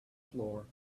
floor